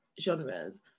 genres